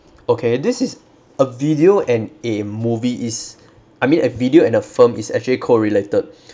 okay this is a video and a movie is I mean a video and a film is actually co-related